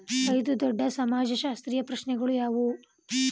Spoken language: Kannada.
ಐದು ದೊಡ್ಡ ಸಮಾಜಶಾಸ್ತ್ರೀಯ ಪ್ರಶ್ನೆಗಳು ಯಾವುವು?